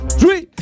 three